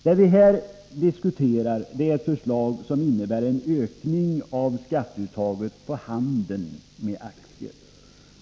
Vad vi här diskuterar är ett förslag som innebär en ökning av skatteuttaget på handeln med aktier.